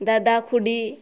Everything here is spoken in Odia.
ଦାଦା ଖୁଡ଼ି